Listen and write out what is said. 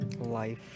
Life